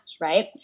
right